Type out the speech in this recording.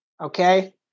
Okay